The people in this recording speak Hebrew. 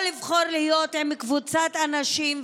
או לבחור לחיות עם קבוצת נשים,